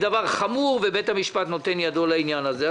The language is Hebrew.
זה דבר חמור ובית המשפט נותן ידו לעניין הזה.